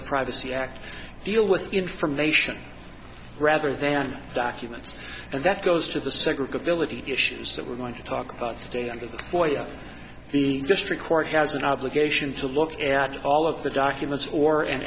the privacy act deal with information rather than documents and that goes to the segregate village issues that we're going to talk about today under the boy or the district court has an obligation to look at all of the documents for an